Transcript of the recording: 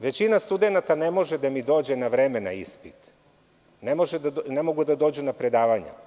Većina studenata ne može da mi dođe na vreme na ispit, ne mogu da dođu na predavanja.